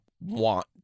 want